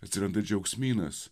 atsiranda džiaugsmynas